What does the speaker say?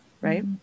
right